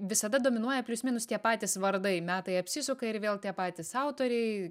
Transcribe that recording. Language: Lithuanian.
visada dominuoja plius minus tie patys vardai metai apsisuka ir vėl tie patys autoriai